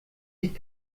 sieht